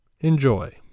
Enjoy